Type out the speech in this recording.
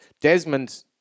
Desmond